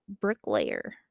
bricklayer